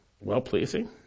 well-pleasing